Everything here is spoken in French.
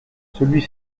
celui